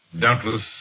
Doubtless